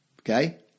okay